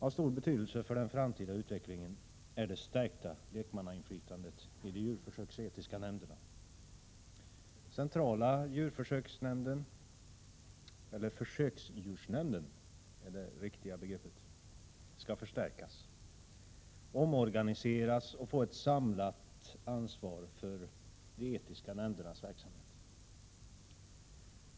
Av stor betydelse för den framtida utvecklingen är det stärkta lekmannainflytandet i de djurförsöksetiska nämnderna. Centrala försöksdjursnämnden skall förstärkas, omorganiseras och få ett samlat ansvar för de etiska nämndernas verksamhet.